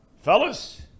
Fellas